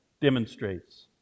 demonstrates